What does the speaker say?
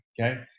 Okay